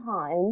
time